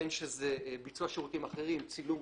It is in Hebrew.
בין שזה ביצוע שירותים אחרים: צילום,